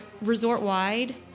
resort-wide